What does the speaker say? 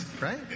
right